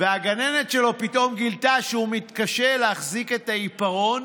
והגננת שלו פתאום גילתה שהוא מתקשה להחזיק את העיפרון